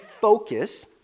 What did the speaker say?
focus